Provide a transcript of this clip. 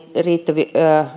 riittävästi